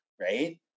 right